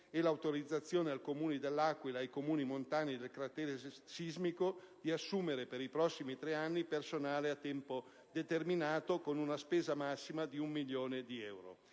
e l'autorizzazione al comune dell'Aquila e ai Comuni montani del cratere sismico di assumere per i prossimi tre anni personale a tempo determinato con una spesa massima di un milione di euro.